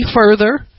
further